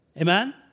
Amen